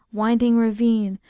winding ravine,